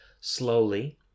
Slowly